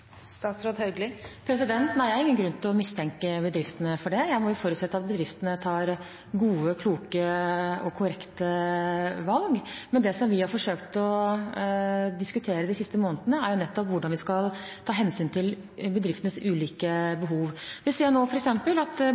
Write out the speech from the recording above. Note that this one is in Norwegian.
Nei, jeg har ingen grunn til å mistenke bedriftene for det. Jeg må forutsette at bedriftene tar gode, kloke og korrekte valg. Men det som vi har forsøkt å diskutere de siste månedene, er nettopp hvordan vi skal ta hensyn til bedriftenes ulike behov. Vi ser nå f.eks. at